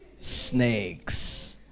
Snakes